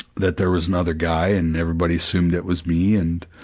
that there was another guy and everybody assumed it was me and,